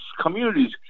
communities